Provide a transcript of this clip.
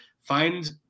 find